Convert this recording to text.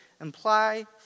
imply